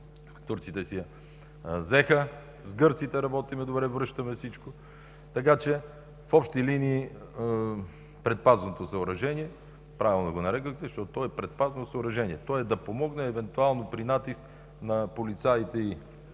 турците си я взеха. С гърците работим добре, връщаме всичко. Така че в общи линии предпазното съоръжение, правилно го нарекохте, защото то е предпазно съоръжение, то е да помогне евентуално при натиск на полицаите и